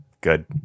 good